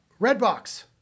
Redbox